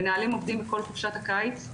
מנהלים עובדים בכל חופשת הקיץ,